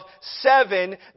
seven